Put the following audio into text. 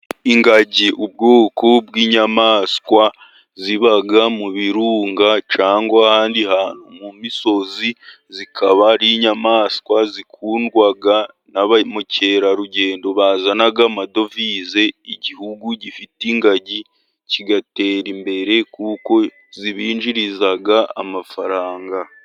Ingagi ubwoko bw'inyamaswa ziba mu birunga cyangwa ahandi hantu mu misozi, zikaba ari inyamaswa zikundwag na ba mukerarugendo bazana amadovize, igihugu gifite ingagi kigatera imbere kuko zibinjiriza amafaranga.